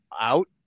out